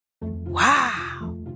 Wow